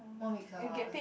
one week twelve hours